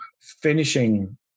finishing